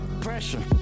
Pressure